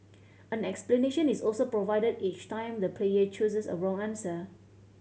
an explanation is also provided each time the player chooses a wrong answer